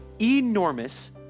enormous